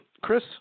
chris